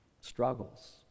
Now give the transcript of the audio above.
struggles